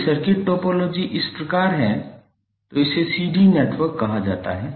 यदि circuit topology इस प्रकार है तो इसे सीढ़ी नेटवर्क कहा जाता है